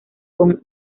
con